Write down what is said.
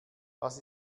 was